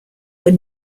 were